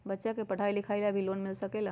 बच्चा के पढ़ाई लिखाई ला भी लोन मिल सकेला?